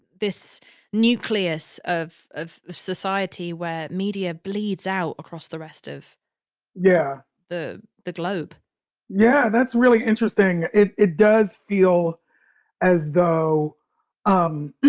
this nucleus of of society where media bleeds out across the rest of yeah the the globe yeah. that's really interesting. it it does feel as though um